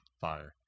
Fire